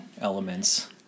elements